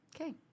Okay